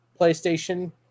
PlayStation